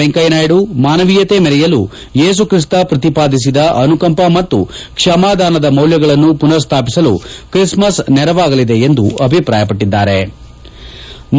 ವೆಂಕಯ್ಯನಾಯ್ವು ಮಾನವೀಯತೆ ಮರೆಯಲು ಯೇಸುಕ್ರಿಸ್ತ ಪ್ರತಿಪಾದಿಸಿದ ಅನುಕಂಪ ಮತ್ತು ಕ್ಷಮಾದಾನದ ಮೌಲ್ಯಗಳನ್ನು ಮನರ್ ಸ್ಥಾಪಿಸಲು ಕ್ರಿಸ್ಮಸ್ ನೆರವಾಗಲಿದೆ ಎಂದು ಅಭಿಪ್ರಾಯಪಟ್ಟದ್ದಾರೆ